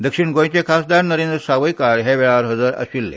दक्षिण गोंयचे खासदार नरेंद्र सावयकार ह्यावेळार हाजीर आशिल्ले